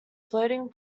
floating